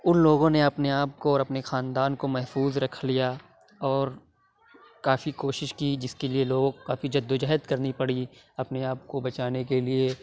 اُن لوگوں نے اپنے آپ کو اور اپنے خاندان کو محفوظ رکھ لیا اور کافی کوشش کی جس کے لیے لوگ کافی جد وجہد کرنی پڑی اپنے آپ کو بچانے کے لیے